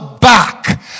back